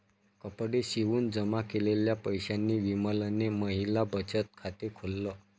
कपडे शिवून जमा केलेल्या पैशांनी विमलने महिला बचत खाते खोल्ल